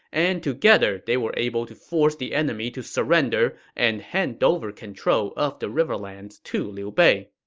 and together, they were able to force the enemy to surrender and hand over control of the riverlands to liu bei.